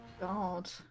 God